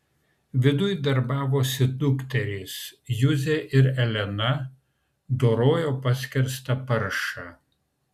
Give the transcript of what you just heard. viduj darbavosi dukterys juzė ir elena dorojo paskerstą paršą